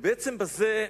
ובעצם בזה,